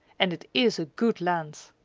and it is a good land!